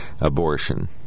abortion